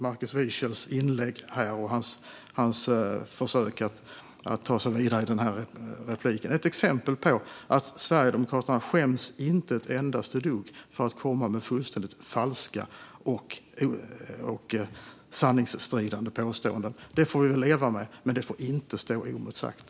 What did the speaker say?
Markus Wiechels inlägg här och hans försök att ta sig vidare i detta replikskifte var ett exempel på att Sverigedemokraterna inte skäms ett endaste dugg för att komma med fullständigt falska och sanningsstridiga påståenden. Detta får vi väl leva med, med det får inte stå oemotsagt.